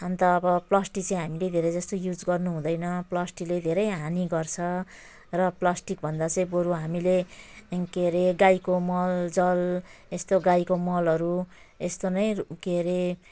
अन्त अब प्लास्टिक चाहिँ हामीले धेरै जस्तो युज गर्नुहुँदैन प्लास्टिकले धेरै हानि गर्छ र प्लास्टिक भन्दा चाहिँ बरू हामीले के अरे गाईको मलजल यस्तो गाईको मलहरू यस्तो नै के अरे